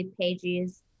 pages